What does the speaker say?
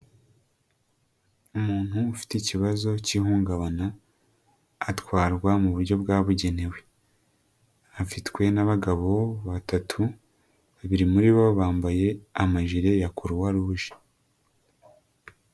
Umuntu ufite ikibazo cy iihungabana, atwarwa mu buryo bwabugenewe. Afitwe n'abagabo batatu, babiri muri bo bambaye amajire ya coroix rouge.